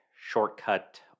shortcut